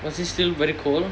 was it still very cold